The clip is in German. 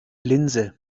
linse